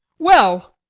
well,